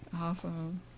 Awesome